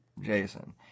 Jason